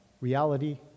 reality